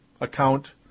account